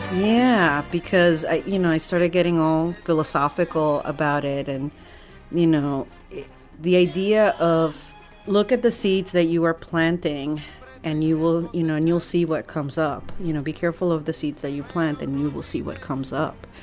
yeah. because you know i started getting all philosophical about it and you know the idea of look at the seeds that you are planting and you will you know and you'll see what comes up. you know be careful of the seeds that you plant and you will see what comes up.